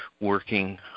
working